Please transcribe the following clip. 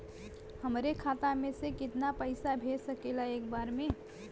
हमरे खाता में से कितना पईसा भेज सकेला एक बार में?